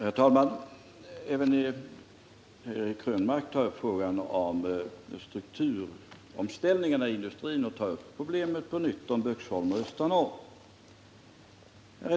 Herr talman! Även Eric Krönmark tog upp frågan om strukturomställningarna i industrin och aktualiserade på nytt de problem som rör Böksholm och Östanå.